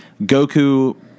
Goku